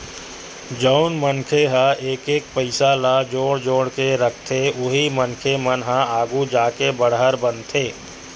जउन मनखे ह एक एक पइसा ल जोड़ जोड़ के रखथे उही मनखे मन ह आघु जाके बड़हर बनथे